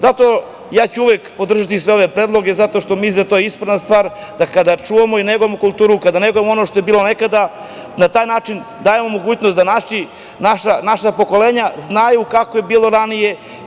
Zato ću uvek podržati sve ove predloge, zato što mislim da je to ispravna stvar, da kada čuvamo i negujemo kulturu, kada negujemo ono što je bilo nekada, na taj način dajemo mogućnost da naša pokolenja znaju kako je bilo ranije.